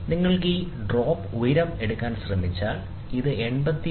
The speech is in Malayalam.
നിങ്ങൾ ഈ ഡ്രോപ്പ് ഈ ഉയരം എടുക്കാൻ ശ്രമിച്ചാൽ ഇത് 86